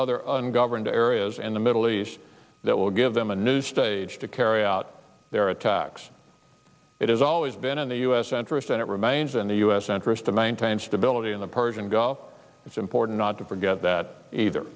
other ungoverned areas in the middle east that will give them a new stage to carry out their attacks it has always been in the u s interest and it remains in the u s interest to maintain stability in the persian gulf it's important not to forget that either